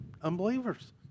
unbelievers